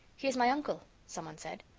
he is my uncle, some one said.